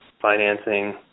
financing